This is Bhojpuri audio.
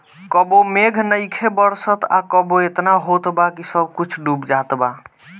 कबो मेघ नइखे बरसत आ कबो एतना होत बा कि सब कुछो डूब जात बा